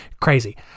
Crazy